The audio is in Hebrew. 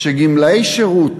שלפיו גמלאי שירות